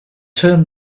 turned